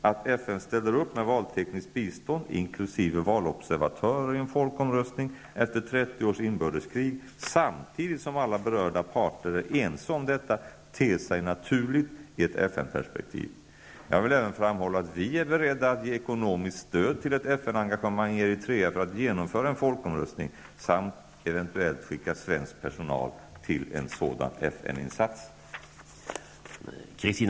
Att FN ställer upp med valtekniskt bistånd inkl. valobservatörer i en folkomröstning efter 30 års inbördeskrig samtidigt som alla berörda parter är ense om detta, ter sig naturligt i ett FN-perspektiv. Jag vill även framhålla att vi är beredda att ge ekonomiskt stöd till ett FN-engagemang i Eritrea för att genomföra en folkomröstning samt eventuellt skicka svensk personal till en sådan FN